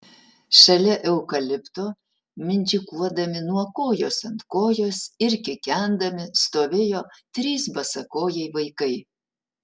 šalia eukalipto mindžikuodami nuo kojos ant kojos ir kikendami stovėjo trys basakojai vaikai